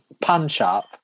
punch-up